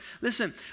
Listen